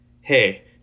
hey